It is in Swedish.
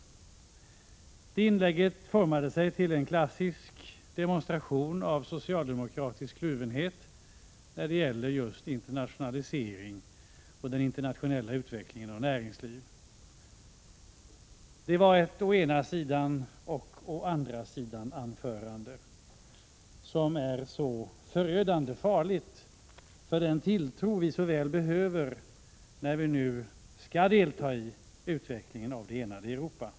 Lennart Petterssons inlägg formade sig till en klassisk demonstration av socialdemokratisk kluvenhet när det gäller just internationalisering och den internationella utvecklingen av näringslivet. Det var ett å-ena-sidanoch å-andra-sidan-anförande, som är så förödande farligt för den tilltro vi så väl behöver när vi nu skall delta i utvecklingen av det enade Europa.